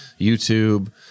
YouTube